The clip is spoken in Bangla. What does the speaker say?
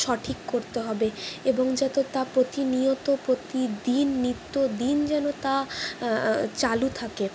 সঠিক করতে হবে এবং যাতে তা প্রতিনিয়ত প্রতিদিন নিত্যদিন যেন তা চালু থাকে